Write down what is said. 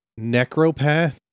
Necropath